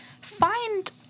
find